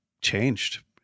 changed